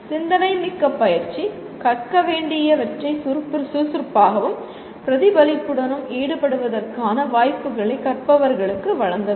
சிந்தனைமிக்க பயிற்சி கற்க வேண்டியவற்றை சுறுசுறுப்பாகவும் பிரதிபலிப்புடனும் ஈடுபடுவதற்கான வாய்ப்புகளை கற்பவர்களுக்கு வழங்க வேண்டும்